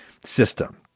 system